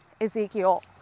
Ezekiel